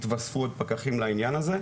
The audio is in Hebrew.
התווספו עוד פקחים לעניין הזה,